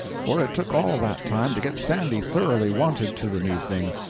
for it took all that time to get sandy thoroughly wonted to the new thing,